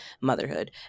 motherhood